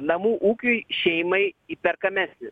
namų ūkiui šeimai įperkamesnis